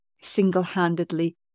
single-handedly